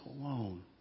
alone